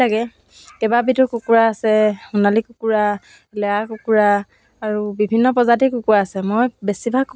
ত' মই মোৰ মানে মন আছিলে মই নিজে এম্ব্ৰইডাৰী চিলাই এইবিলাক কৰি মই